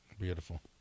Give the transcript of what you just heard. Beautiful